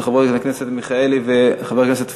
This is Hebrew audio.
של חבר הכנסת מיכאלי וחבר הכנסת פייגלין,